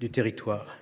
du territoire.